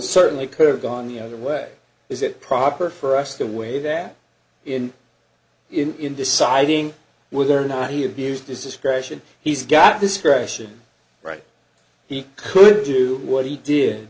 certainly could have gone the other way is it proper for us the way that in in deciding whether or not he abused his discretion he's got discretion right he could do what he did